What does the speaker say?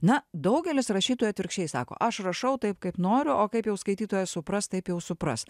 na daugelis rašytojų atvirkščiai sako aš rašau taip kaip noriu o kaip jau skaitytojas supras taip jau supras